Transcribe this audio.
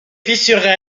fissurée